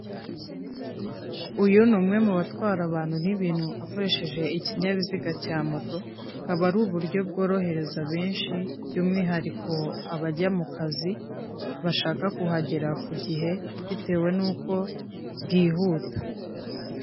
Uyu ni umwe mu batwara abantu n'ibintu akoresheje ikinyabiziga cya moto, akaba ari uburyo bworohereza benshi, by'umwihariko abajya mu kazi bashaka kuhagera ku gihe, bitewe n'uko bwihuta.